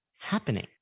happening